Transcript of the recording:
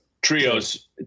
Trios